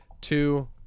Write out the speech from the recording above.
two